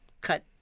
cut